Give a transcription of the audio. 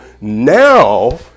Now